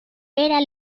era